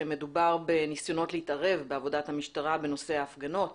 מדובר בניסיונות להתערב בעבודת המשטרה בנושא ההפגנות,